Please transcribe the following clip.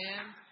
Amen